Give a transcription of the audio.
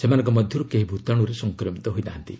ସେମାନଙ୍କ ମଧ୍ୟର୍ କେହି ଭ୍ତାଣ୍ରରେ ସଂକ୍ରମିତ ହୋଇନାହାନ୍ତି